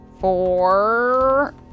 Four